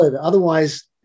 otherwise